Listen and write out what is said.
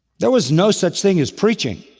there was no such thing as preaching.